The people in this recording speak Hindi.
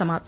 समाप्त